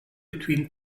between